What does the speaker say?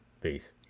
Peace